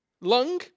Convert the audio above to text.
Lung